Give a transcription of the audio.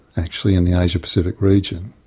actually, in the asia pacific region,